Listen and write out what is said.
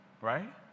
right